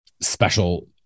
special